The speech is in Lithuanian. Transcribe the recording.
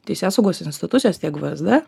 teisėsaugos institucijas tiek v es d